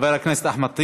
חבר הכנסת אחמד טיבי,